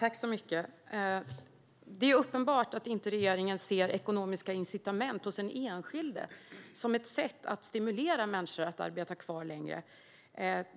Herr talman! Det är uppenbart att regeringen inte ser ekonomiska incitament för den enskilde som ett sätt att stimulera människor att arbeta kvar längre.